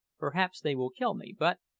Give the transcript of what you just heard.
perhaps they will kill me but,